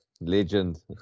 legend